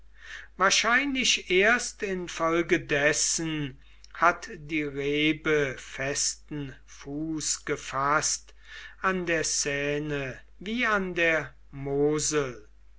wahrscheinlich erst infolgedessen hat die rebe festen fuß gefaßt an der seine wie an der mosel